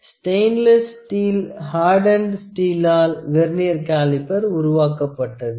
stainless steel hardened ஸ்டீளால் vernier caliper உருவாக்கப்பட்டது